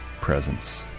presence